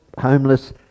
homeless